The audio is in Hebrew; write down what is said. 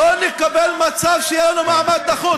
הר הבית, לא נקבל מצב שיהיה לנו מעמד נחות.